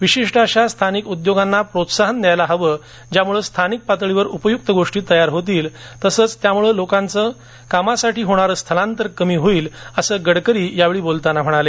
विशिष्ट अशा स्थानिक उद्योगांना प्रोत्साहन द्यायला हवं ज्यामुळे स्थानिक पातळीवर उपयुक्त गोष्टी तयार होतील तसच त्यामुळे लोकांचे कामासाठी होणारे स्थलांतर कमी होईल असे नितीन गडकरी यावेळी बोलताना म्हणाले